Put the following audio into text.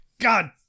God